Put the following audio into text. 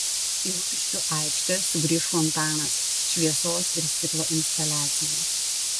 į lukiškių aikštę sugrįš fontanas šviesos ir stiklo instaliacija